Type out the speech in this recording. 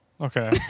Okay